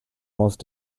most